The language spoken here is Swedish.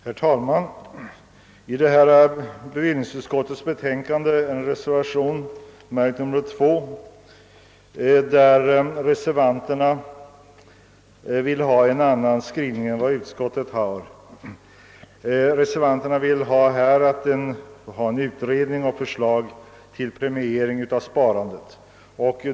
Herr talman! Till detta bevillningsutskottets betänkande har fogats en reservation, nr II, vari vi reservanter före slår en annan skrivning än utskottsmajoritetens. Vi reservanter begär utredning och förslag rörande premiering av sparandet.